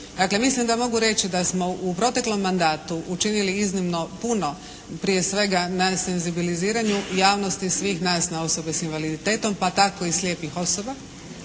Dakle mislim da mogu reći da smo u proteklom mandatu učinili iznimno puno, prije svega na senzibiliziranju javnosti svih nas na osobe s invaliditetom pa tako i slijepih osoba.